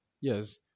Yes